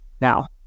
now